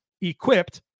equipped